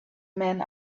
man